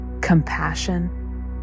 compassion